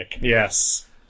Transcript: Yes